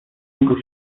niego